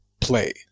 play